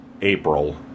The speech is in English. April